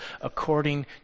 according